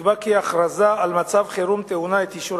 נקבע כי ההכרזה על מצב חירום טעונה אישור